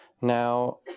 Now